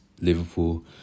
Liverpool